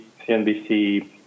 CNBC